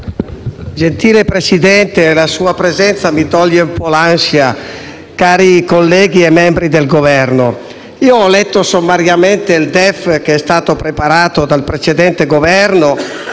Signor Presidente, la sua presenza mi toglie un po' di ansia! Cari colleghi e membri del Governo, ho letto sommariamente il DEF che è stato preparato dal precedente Governo